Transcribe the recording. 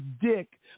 dick